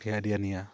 হিয়া দিয়া নিয়া